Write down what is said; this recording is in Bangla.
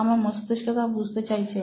আমার মস্তিষ্ক তা বুঝতে চাইছে